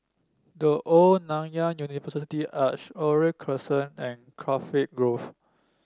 The Old Nanyang University Arch Oriole Crescent and Cardiff Grove